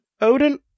Odin